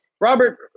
Robert